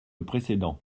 précédent